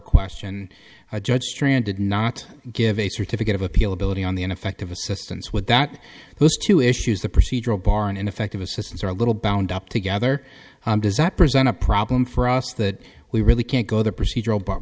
question i judge strand did not give a certificate of appeal ability on the ineffective assistance with that those two issues the procedural bar an ineffective assistance or a little bound up together does that present a problem for us that we really can't go the procedural b